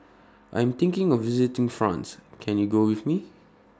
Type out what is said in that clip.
I Am thinking of visiting France Can YOU Go with Me